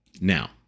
Now